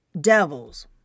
devils